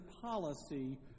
policy